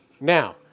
Now